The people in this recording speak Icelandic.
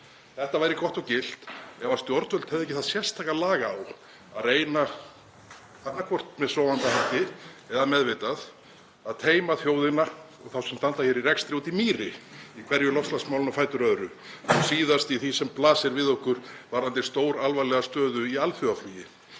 Þetta væri gott og gilt ef stjórnvöld hefðu ekki sérstakt lag á að reyna, annaðhvort með sofandahætti eða meðvitað, að teyma þjóðina og þá sem standa í rekstri út í mýri í hverju loftslagsmálinu á fætur öðru, síðast í því sem blasir við okkur varðandi stóralvarlega stöðu í alþjóðaflugi.